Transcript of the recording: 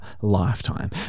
lifetime